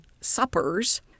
suppers